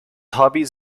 hobbies